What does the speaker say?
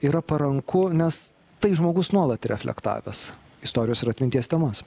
yra paranku nes tai žmogus nuolat reflektavęs istorijos ir atminties temas